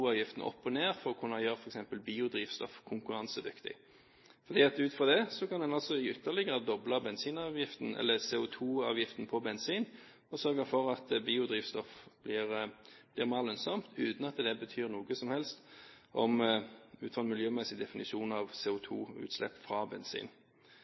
opp og ned for å kunne gjøre f.eks. biodrivstoff konkurransedyktig. Ut fra det kunne en ytterligere doble CO2-avgiften på bensin og sørge for at biodrivstoff blir mer lønnsomt, uten at det betyr noe som helst ut fra en miljømessig definisjon av